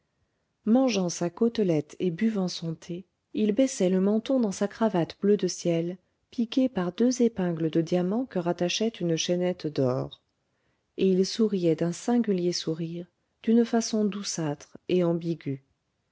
mangeant sa côtelette et buvant son thé il baissait le menton dans sa cravate bleu de ciel piquée par deux épingles de diamants que rattachait une chaînette d'or et il souriait d'un singulier sourire d'une façon douceâtre et ambiguë